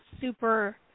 super